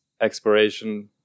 exploration